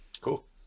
Cool